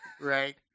Right